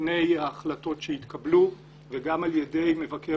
לפני ההחלטות שהתקבלו וגם על ידי מבקר